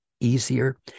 easier